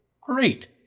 great